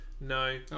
no